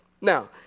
Now